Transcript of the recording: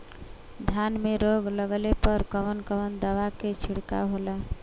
धान में रोग लगले पर कवन कवन दवा के छिड़काव होला?